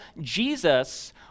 Jesus